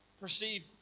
perceived